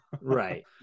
Right